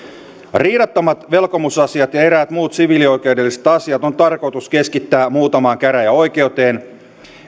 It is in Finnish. riidattomat velkomusasiat ja eräät muut siviilioikeudelliset asiat on tarkoitus keskittää muutamaan käräjäoikeuteen